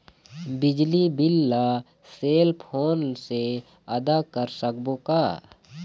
बिजली बिल ला cell phone से आदा कर सकबो का?